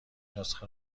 نسخه